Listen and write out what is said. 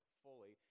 fully